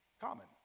common